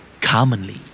Commonly